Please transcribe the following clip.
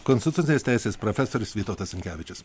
konstitucinės teisės profesorius vytautas sinkevičius